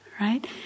Right